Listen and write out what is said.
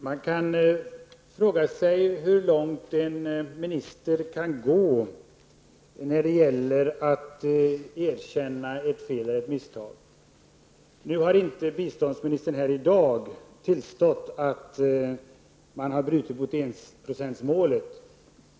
Herr talman! Man kan fråga sig hur långt en minister kan gå när det gäller att erkänna ett fel eller ett misstag. Biståndsministern har inte här i dag tillstått att man har gått ifrån enprocentsmålet.